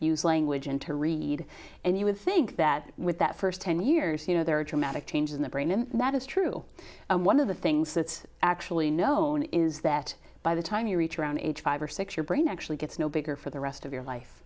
use language and to read and you would think that with that first ten years you know there are dramatic changes in the brain and that is true and one of the things that's actually known is that by the time you reach around age five or six your brain actually gets no bigger for the rest of your life